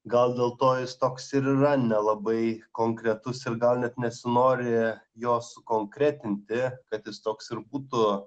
gal dėl to jis toks ir yra nelabai konkretus ir gal net nesinori jo sukonkretinti kad jis toks ir būtų